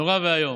נורא ואיום.